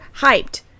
hyped